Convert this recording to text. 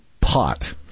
pot